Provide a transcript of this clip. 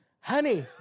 honey